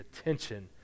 attention